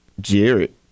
Jared